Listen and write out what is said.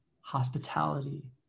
hospitality